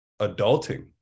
adulting